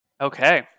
Okay